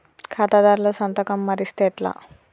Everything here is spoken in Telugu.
ఖాతాదారుల సంతకం మరిస్తే ఎట్లా?